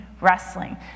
wrestling